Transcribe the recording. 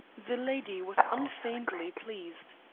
the lady was unfeignedly pleased.